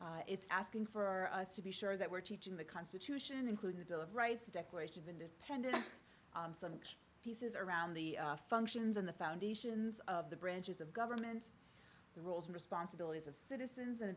it it's asking for us to be sure that we're teaching the constitution including the bill of rights the declaration of independence some pieces around the functions in the foundations of the branches of government the roles and responsibilities of citizens in a